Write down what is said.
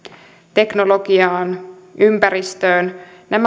teknologiaan ympäristöön